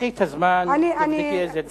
קחי את הזמן, תבדקי איזה דף.